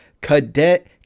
Cadet